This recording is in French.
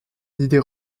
l’idée